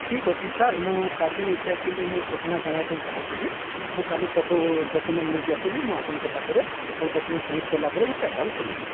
ଠିକ୍ ଅଛି ସାର୍ ମୁଁ କାଲି ଏଇଟା ଏକ୍ଚୌଲି ମୁଁ ସୂଚନା ଜାଣିବା ପାଇଁ ଚାହୁଁଥିଲି ମୁଁ କାଲି ସବୁ ଡକ୍ୟୁମେଣ୍ଟ୍ ନେଇକି ଆସୁଛି ମୁଁ ଆପଣଙ୍କ ପାଖରେ ସବୁ ଡକ୍ୟୁମେଣ୍ଟ୍ ସବ୍ମିଟ୍ କଲା ପରେ ଗୋଟେ ଆକାଉଣ୍ଟ୍ ଖୋଲିବି